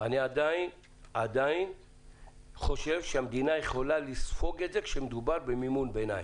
אני עדיין חושב שהמדינה יכולה לספוג את זה כשמדובר במימון ביניים.